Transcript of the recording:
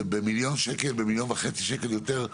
במיליון שקל או מיליון וחצי שקל יותר.